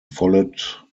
followed